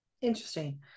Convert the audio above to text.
Interesting